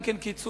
גם כן קיצוץ,